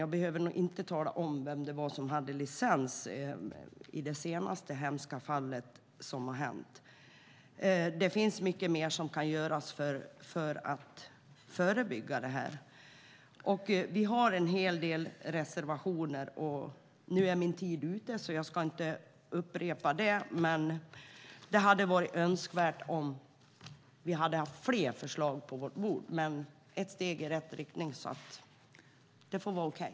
Jag behöver nog inte tala om vem det var som hade licens i det senaste hemska fallet. Mycket mer kan göras för att förebygga här. Vi har en hel del reservationer, men nu är talartiden slut så jag ska inte ta upp det. Men det hade varit önskvärt med fler förslag på våra bord. Det som här föreslås är ändå ett steg i rätt riktning, så det får vara okej.